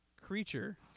creature